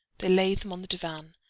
they lay them on the divan,